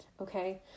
Okay